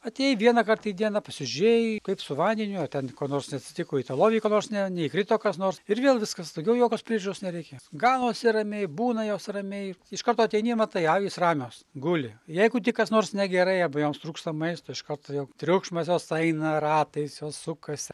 atėjai vieną kartą į dieną pasižiūrėjai kaip su vandeniu o ten ko nors neatsitiko į tą lovį ko nors ne neįkrito kas nors ir vėl viskas daugiau jokios priežiūros nereikia ganosi ramiai būna jos ramiai iš karto ateini matai avys ramios guli jeigu tik kas nors negerai abejoms trūksta maisto iš karto jau triukšmas jos eina ratais jos sukasi